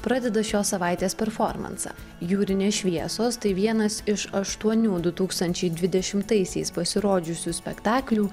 pradeda šios savaitės performansą jūrinės šviesos tai vienas iš aštuonių du tūkstančiai dvidešimtaisiais pasirodžiusių spektaklių